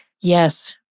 Yes